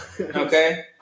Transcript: Okay